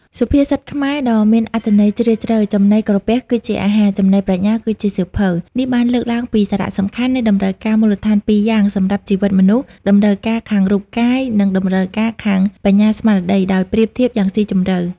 សុភាសិតខ្មែរដ៏មានអត្ថន័យជ្រាលជ្រៅ ចំណីក្រពះគឺជាអាហារ ចំណីប្រាជ្ញាគឺជាសៀវភៅ នេះបានលើកឡើងពីសារៈសំខាន់នៃតម្រូវការមូលដ្ឋានពីរយ៉ាងសម្រាប់ជីវិតមនុស្ស តម្រូវការខាងរូបកាយ និង តម្រូវការខាងបញ្ញាស្មារតី ដោយប្រៀបធៀបយ៉ាងស៊ីជម្រៅ។